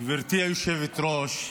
גברתי היושבת-ראש,